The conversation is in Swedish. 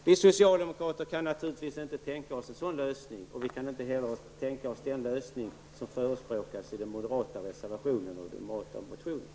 Vi socialdemokrater kan naturligtvis inte tänka oss en sådan lösning, och vi kan inte heller tänka oss den lösning som förespråkas i den moderata reservationen och motionen.